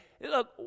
Look